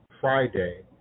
Friday